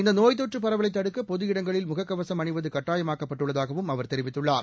இந்த நோப் தொற்று பரவலை தடுக்க பொது இடங்களில் முக கவசம் அணிவது கட்டாயமாக்கப்பட்டுள்ளதாகவும் அவர் தெரிவித்துள்ளார்